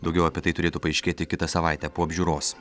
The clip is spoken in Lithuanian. daugiau apie tai turėtų paaiškėti kitą savaitę po apžiūros